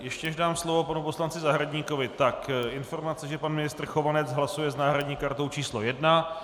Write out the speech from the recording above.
Ještě než dám slovo panu poslanci Zahradníkovi, tak informace, že pan ministr Chovanec hlasuje s náhradní kartou číslo 1.